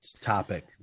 topic